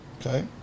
Okay